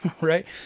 Right